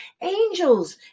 angels